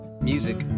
music